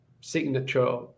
signature